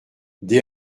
des